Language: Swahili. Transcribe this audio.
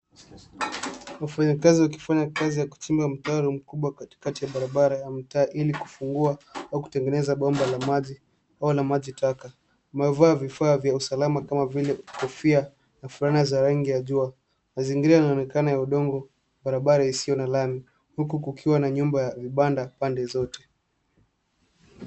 Wafanyakazi wakifanya kazi ya kuchimba mtaro mkubwa katikati ya barabara ya mtaa ili kufungua au kutengeneza bomba la maji au la maji taka. Wamevaa vifaa vya usalama kama vile kofia na fulana za rangi ya jua. Mazingira yanaonekana kuwa ya udongo barabara isiyo na lami huku kukiwa na nyumba ya vibanda pande zote.